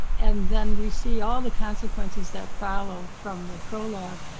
and then we see all the consequences that follow from the prologue.